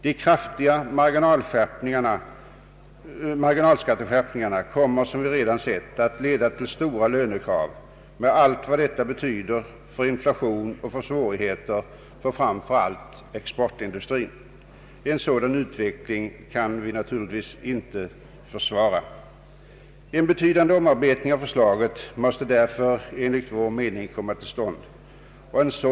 De kraftiga marginalskatteskärpningarna kommer som vi redan sett att leda till mycket stora lönekrav med allt vad detta betyder för inflation och för svårigheter framför allt för exportindustrin, En sådan utveck Ang. en reform av beskattningen, m.m. ling kan vi naturligtvis inte försvara. En betydande omarbetning av förslaget måste därför enligt vår mening komma till stånd.